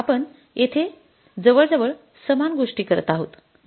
आपण येथे जवळजवळ समान गोष्टी करत आहोत